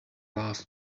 last